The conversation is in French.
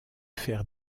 faire